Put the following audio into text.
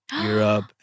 Europe